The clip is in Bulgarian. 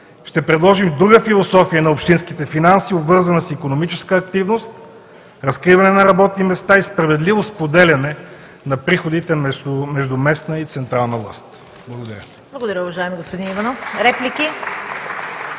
Ще предложим друга философия на общинските финанси, обвързана с икономическа активност, разкриване на работни места и справедливо споделяне на приходите между местна и централна власт. Благодаря.